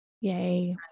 yay